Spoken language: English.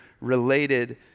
related